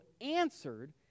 answered